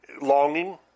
Longing